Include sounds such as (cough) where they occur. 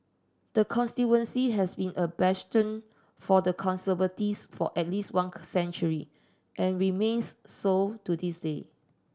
the constituency has been a bastion for the Conservatives for at least one (unintelligible) century and remains so to this day